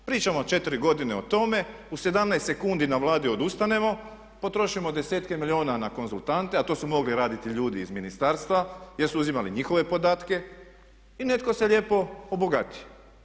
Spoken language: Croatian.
Pričamo 4 godine o tome, u 17 sekundi na Vladi odustanemo, potrošimo desetke milijuna na konzultante, a to su mogli raditi ljudi iz ministarstva jer su uzimali njihove podatke i netko se lijepo obogati.